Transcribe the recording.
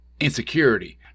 insecurity